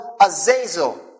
Azazel